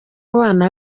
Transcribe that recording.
abana